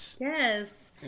Yes